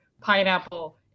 pineapple